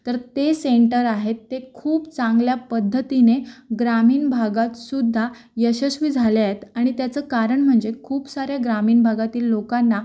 तर ते सेंटर आहे ते खूप चांगल्या पद्धतीने ग्रामीण भागातसुद्धा यशस्वी झाले आहेत आणि त्याचं कारण म्हणजे खूप साऱ्या ग्रामीण भागातील लोकांना